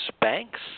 banks